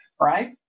right